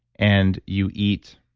and you eat